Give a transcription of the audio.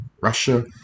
Russia